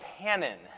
canon